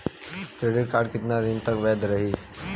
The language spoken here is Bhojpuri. क्रेडिट कार्ड कितना दिन तक वैध रही?